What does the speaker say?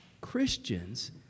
christians